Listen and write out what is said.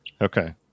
Okay